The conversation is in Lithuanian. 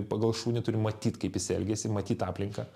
pagal šunį turi matyt kaip jis elgiasi matyt aplinką